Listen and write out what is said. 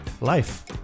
life